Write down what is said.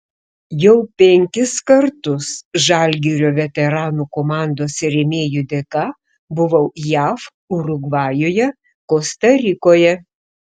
jau penkis kartus žalgirio veteranų komandos rėmėjų dėka buvau jav urugvajuje kosta rikoje